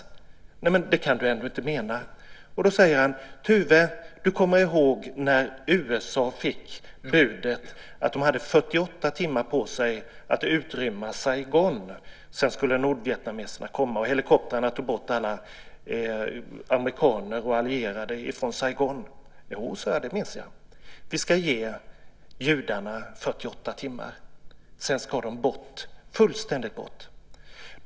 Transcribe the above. Jag svarade att det kunde han väl ändå inte mena. Då sade han: Tuve, du kommer väl ihåg när USA fick budet att de hade 48 timmar på sig att utrymma Saigon, sedan skulle nordvietnameserna komma, och helikoptrarna tog bort alla amerikaner och allierade från Saigon? Jag svarade att jag mindes det. Han sade: Vi ska ge judarna 48 timmar. Sedan ska de bort, fullständigt bort.